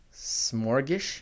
Smorgish